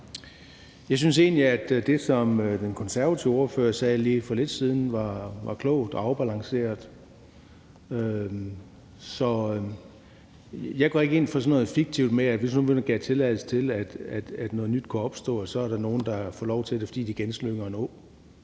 Jeg synes egentlig, at det, som den konservative ordfører sagde lige for lidt siden, var klogt og afbalanceret. Jeg går ikke ind for sådan noget fiktivt med, at der, hvis man nu gav tilladelse til, at noget nyt kunne opstå, så er nogle, der får lov til det, fordi de genslynger en å.